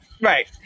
right